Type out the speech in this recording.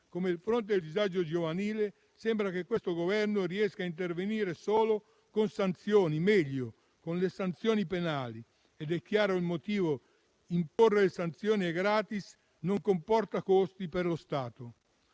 così come al disagio giovanile, sembra che questo Governo riesca a intervenire solo con sanzioni, o meglio con sanzioni penali. Il motivo è chiaro: imporre sanzioni è *gratis*, non comporta costi per lo Stato.